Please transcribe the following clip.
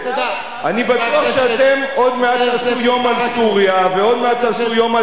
אני בטוח שאתם עוד מעט תעשו יום על סוריה ועוד מעט תעשו יום על דארפור,